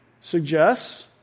suggests